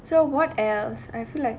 so what else I feel like